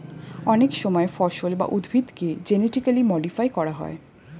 অনেক সময় ফসল বা উদ্ভিদকে জেনেটিক্যালি মডিফাই করা হয়